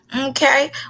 Okay